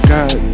God